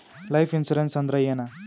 Life insurance ಅಂದ್ರ ಏನ?